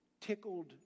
tickled